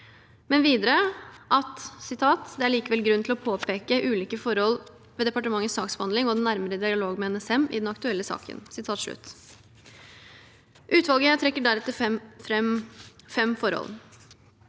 Men videre: «Det er likevel grunn til å påpeke ulike forhold ved departementets saksbehandling og den nærmere dialog med NSM i den aktuelle saken.» Utvalget trekker deretter fram fem forhold: